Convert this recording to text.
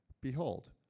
behold